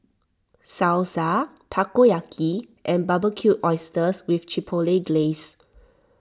Salsa Takoyaki and Barbecued Oysters with Chipotle Glaze